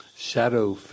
Shadow